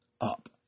up